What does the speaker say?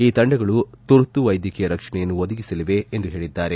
ಈ ತಂಡಗಳು ತುರ್ತು ವೈದ್ಯಕೀಯ ರಕ್ಷಣೆಯನ್ನು ಒದಗಿಸಲಿವೆ ಎಂದು ತಿಳಿಸಿದ್ದಾರೆ